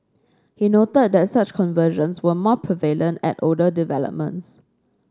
he noted that such conversions were more prevalent at older developments